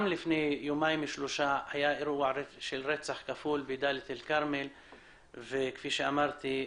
גם לפני כיומיים היה אירוע של רצח כפול בדליית אל כרמל וכפי שאמרתי,